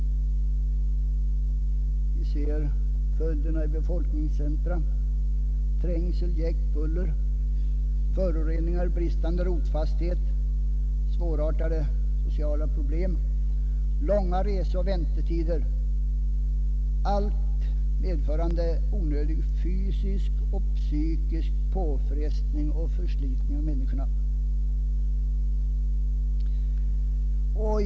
Vi ser följderna i befolkningscentra: trängsel, jäkt, buller, föroreningar, bristande rotfasthet, svårartade sociala problem, långa resor och väntetider — allt medförande onödiga fysiska och psykiska påfrestningar och förslitning av människorna.